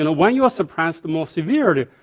and when you are suppressed more severely,